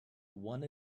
one